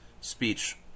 speech